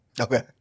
okay